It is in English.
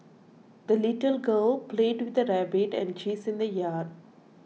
the little girl played with her rabbit and geese in the yard